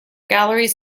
galleries